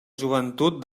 joventut